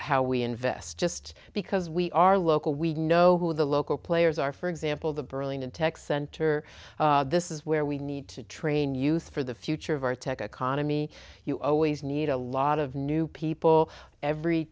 how we invest just because we are local we know who the local players are for example the burlington tech center this is where we need to train youth for the future of our tech economy you always need a lot of new people every